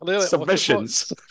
submissions